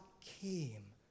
came